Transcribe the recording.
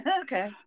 Okay